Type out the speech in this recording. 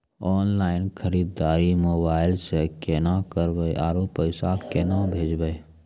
Online खरीददारी mobile से केना करबै, आरु पैसा केना भेजबै?